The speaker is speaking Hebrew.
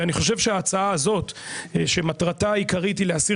ואני חושב שההצעה הזאת שמטרתה העיקרית היא להסיר